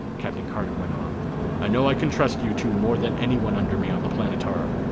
captain carter went on i know i can trust you two more than anyone under me on the planetara.